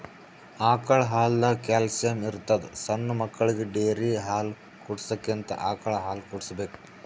ಆಕಳ್ ಹಾಲ್ದಾಗ್ ಕ್ಯಾಲ್ಸಿಯಂ ಇರ್ತದ್ ಸಣ್ಣ್ ಮಕ್ಕಳಿಗ ಡೇರಿ ಹಾಲ್ ಕುಡ್ಸಕ್ಕಿಂತ ಆಕಳ್ ಹಾಲ್ ಕುಡ್ಸ್ಬೇಕ್